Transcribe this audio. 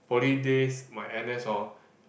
poly days my N_S hor